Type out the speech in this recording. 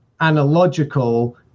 analogical